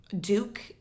Duke